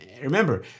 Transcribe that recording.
Remember